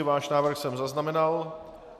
Váš návrh jsem zaznamenal.